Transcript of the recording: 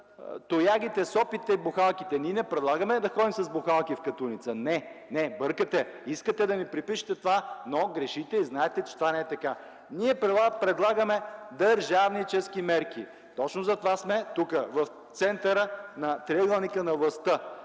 тоягите, сопите, бухалките. Ние не предлагаме да ходим с бухалки в Катуница. Не, не! Бъркате! Искате да ни препишете това, но грешите и знаете, че то не е така! Ние предлагаме дър-жавни-чески мерки! Точно затова сме тук – в центъра на триъгълника на властта.